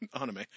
anime